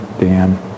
Dan